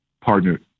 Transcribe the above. partner